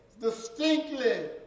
distinctly